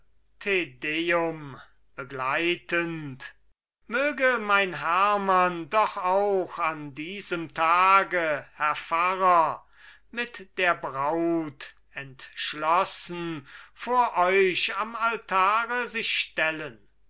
begleitend möge mein hermann doch auch an diesem tage herr pfarrer mit der braut entschlossen vor euch am altare sich stellen